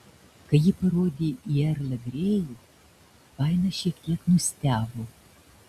kai ji parodė į erlą grėjų fainas šiek tiek nustebo